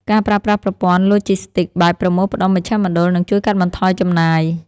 ការប្រើប្រាស់ប្រព័ន្ធឡូជីស្ទិកបែបប្រមូលផ្ដុំមជ្ឈមណ្ឌល នឹងជួយកាត់បន្ថយចំណាយ។